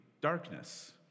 darkness